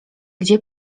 gdzie